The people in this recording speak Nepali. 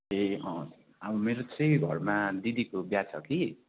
ए अब मेरो चाहिँ घरमा दिदीको बिहा छ कि